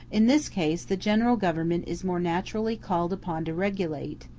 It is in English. in this case the general government is more naturally called upon to regulate,